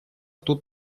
тут